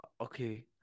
Okay